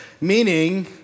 Meaning